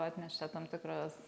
atnešė tam tikrus